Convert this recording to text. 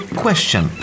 question